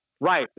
Right